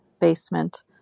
basement